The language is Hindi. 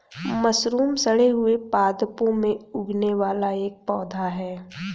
मशरूम सड़े हुए पादपों में उगने वाला एक पौधा है